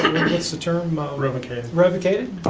what's the term? revokated. revokated,